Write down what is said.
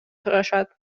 сурашат